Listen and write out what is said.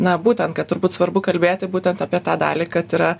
na būtent kad turbūt svarbu kalbėti būtent apie tą dalį kad yra